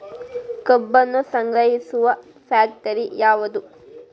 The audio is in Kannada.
ಕಬ್ಬನ್ನು ಸಂಗ್ರಹಿಸುವ ಫ್ಯಾಕ್ಟರಿ ಯಾವದು?